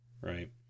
Right